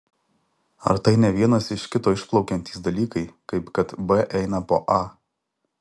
ar tai ne vienas iš kito išplaukiantys dalykai kaip kad b eina po a